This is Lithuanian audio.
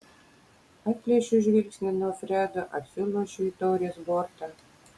atplėšiu žvilgsnį nuo fredo atsilošiu į taurės bortą